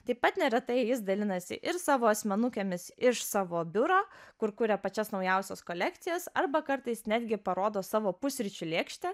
taip pat neretai jis dalinasi ir savo asmenukėmis iš savo biuro kur kuria pačias naujausias kolekcijas arba kartais netgi parodo savo pusryčių lėkštę